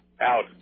out